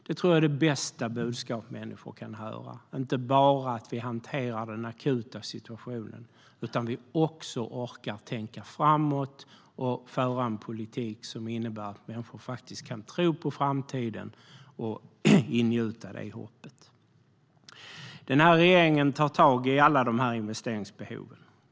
Det tror jag är det bästa budskap som människor kan få höra, inte bara att vi hanterar den akuta situationen utan också att vi orkar tänka framåt och föra en politik som innebär att människor faktiskt kan tro på framtiden, att vi kan ingjuta det hoppet. Den här regeringen tar tag i alla de här investeringsbehoven.